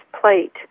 plate